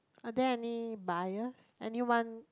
are there any buyers anyone